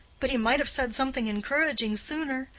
but he might have said something encouraging sooner.